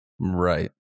Right